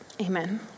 Amen